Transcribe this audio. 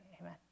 amen